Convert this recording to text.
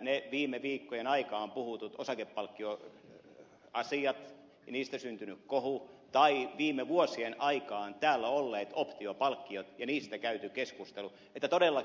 ne viime viikkojen aikaan puhutut osakepalkkioasiat niistä syntynyt kohu tai viime vuosien aikaan täällä olleet optiopalkkiot ja niistä käyty keskustelu että todellakin niin kuin te ed